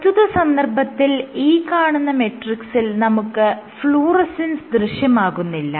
പ്രസ്തുത സന്ദർഭത്തിൽ ഈ കാണുന്ന മെട്രിക്സിൽ നമുക്ക് ഫ്ലൂറസെൻസ് ദൃശ്യമാകുന്നില്ല